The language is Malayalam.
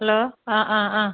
ഹലോ ആ ആ ആ